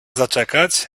zaczekać